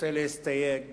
רוצה להסתייג